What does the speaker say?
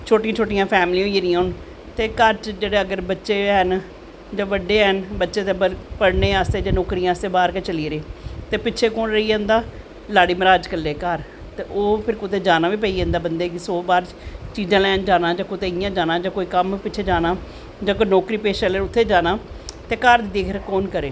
छोटियां छोटियां फैमलियां होई गेदी आं ते घर च बच्चे जेह्ड़े हैन जां बड्डे हैन बच्चे पढ़नें आस्तै जां पढ़नें आस्तै बाह्र गै चली गेदे ते पिच्छें कुन रेही जंदा ला़ड़ी मराज़ कल्ले ते ओह् फिर कुतै जाना बी पेई जंदा सौ बार चीज़ां लैन जाना जां इयां जाना जां कम्म पिच्छें जाना जां कोई नौकरी पेशे आह्ले न उत्थें जाना ते घर दी देख रेख कुन करै